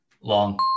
long